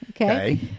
Okay